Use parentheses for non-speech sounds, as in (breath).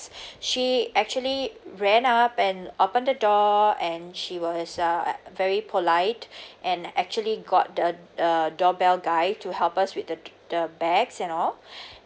(breath) she actually ran up and opened the door and she was uh very polite (breath) and actually got the uh doorbell guy to help us with the the bags and all (breath)